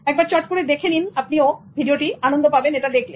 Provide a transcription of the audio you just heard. একবার চট করে দেখে নিন আপনিও আনন্দ পাবেন এটা দেখলে